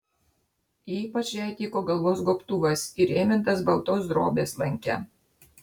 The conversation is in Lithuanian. ypač jai tiko galvos gobtuvas įrėmintas baltos drobės lanke